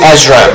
Ezra